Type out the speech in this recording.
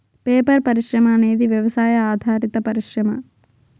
paper పరిశ్రమ అనేది వ్యవసాయ ఆధారిత పరిశ్రమ